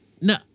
No